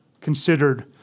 considered